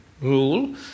rule